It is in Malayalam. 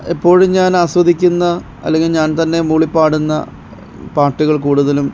എപ്പോഴും ഞാൻ ആസ്വദിക്കുന്ന അല്ലെങ്കിൽ ഞാൻ തന്നെ മൂളിപ്പാടുന്ന പാട്ടുകൾ കൂടുതലും